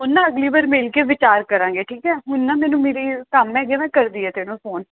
ਹੁਣ ਨਾ ਅਗਲੀ ਵਾਰ ਮਿਲ ਕੇ ਵਿਚਾਰ ਕਰਾਂਗੇ ਠੀਕ ਹੈ ਹੁਣ ਨਾ ਮੈਨੂੰ ਮੇਰੇ ਕੰਮ ਹੈਗੇ ਮੈਂ ਕਰਦੀ ਹੈ ਤੈਨੂੰ ਫੋਨ